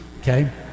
Okay